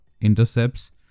intercepts